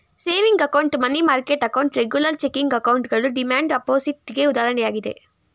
saving account, money market account, regular checking ಅಕೌಂಟ್ಗಳು demand deposit ಗೆ ಉದಾಹರಣೆಯಾಗಿದೆ